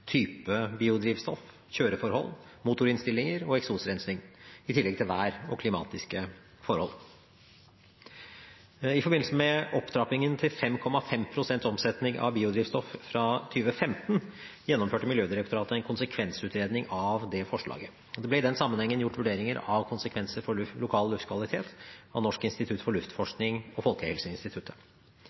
type biodrivstoff, kjøreforhold, motorinnstillinger og eksosrensing, i tillegg til værforhold og klimatiske forhold. I forbindelse med opptrappingen til 5,5 pst. omsetning av biodrivstoff fra 2015 gjennomførte Miljødirektoratet en konsekvensutredning av det forslaget. Det ble i denne sammenheng gjort vurderinger av konsekvenser for lokal luftkvalitet av Norsk institutt for luftforskning og Folkehelseinstituttet.